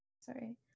sorry